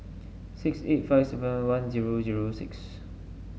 six eight five seven one zero zero six